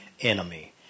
enemy